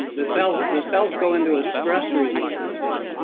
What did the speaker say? the cells the cells go into a stress resistance mode.